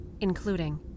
including